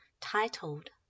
titled